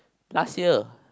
last year